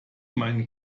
meinen